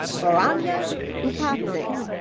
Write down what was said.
varanya upatising.